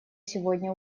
сегодня